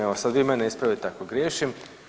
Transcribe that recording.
Evo sad vi mene ispravite ako griješim.